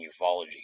ufology